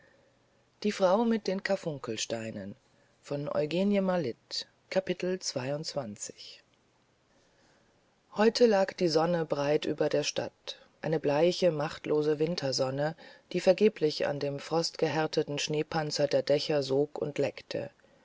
heute lag die sonne breit über der stadt eine bleiche machtlose wintersonne die vergeblich an dem frostgehärteten schneepanzer der dächer sog und leckte